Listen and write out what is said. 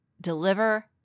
Deliver